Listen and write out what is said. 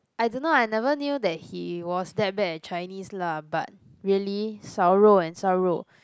I don't know I never knew that he was that bad at Chinese lah but really 烧肉 and 少肉